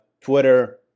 twitter